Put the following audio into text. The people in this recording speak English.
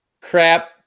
crap